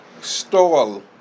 stall